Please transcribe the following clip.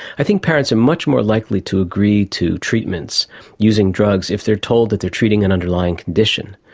i think parents are much more likely to agree to treatments using drugs if they are told that they are treating an underlying condition.